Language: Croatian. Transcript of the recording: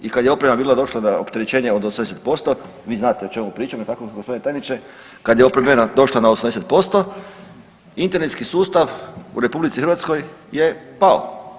I kad je oprema bila došla na opterećenje od 80%, vi znate o čemu pričam jel' tako gospodine tajniče, kad je oprema došla na 80% internetski sustav u RH je pao.